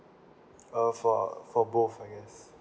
uh for for both I guess